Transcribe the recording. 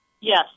Yes